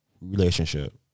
relationship